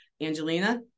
Angelina